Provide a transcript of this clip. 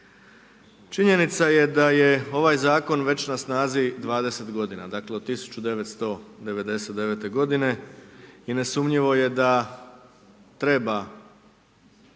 Činjenica je da je ovaj zakon već na snazi 20 g. dakle, od 1999. g. i nesumnjivo je da treba